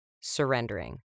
surrendering